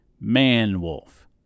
man-wolf